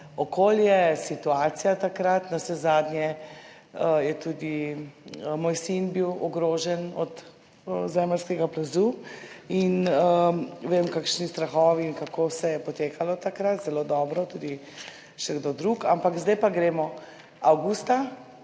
okolje, situacijo takrat, navsezadnje je bil tudi moj sin ogrožen zaradi zemeljskega plazu, vem, kakšni strahovi in kako vse je potekalo takrat zelo dobro, tudi še kdo drug. Zdaj pa gremo, avgusta,